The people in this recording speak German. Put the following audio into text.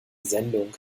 sendung